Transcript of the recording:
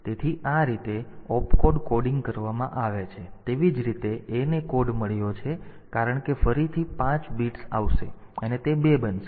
તેથી તે રીતે આ op કોડ કોડિંગ કરવામાં આવે છે અને તેવી જ રીતે A ને કોડ મળ્યો છે કારણ કે ફરીથી 5 બિટ્સ આવશે અને તે 2 બનશે